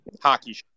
hockey